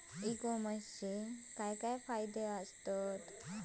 E कॉमर्सचे काय काय फायदे होतत?